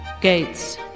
Gates